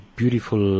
beautiful